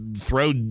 throw